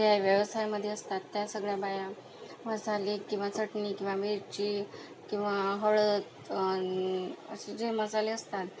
ज्या या व्यवसायामध्ये असतात त्या सगळ्या बाया मसाले किंवा चटणी किंवा मिरची किंवा हळद असं जे मसाले असतात